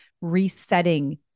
resetting